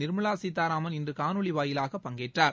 நிர்மலா சீதாராமன் இன்று காணொலி வாயிலாக பங்கேற்றார்